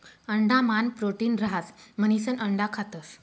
अंडा मान प्रोटीन रहास म्हणिसन अंडा खातस